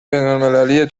بینالمللی